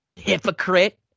Hypocrite